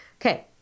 Okay